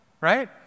right